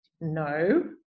No